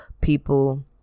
people